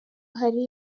hari